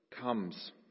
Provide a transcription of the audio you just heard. Comes